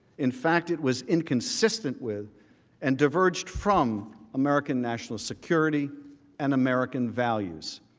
in fact it was inconsistent with and diverged from american national security and american values.